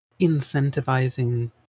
incentivizing